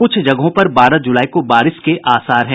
कुछ जगहों पर बारह जुलाई को बारिश के आसार हैं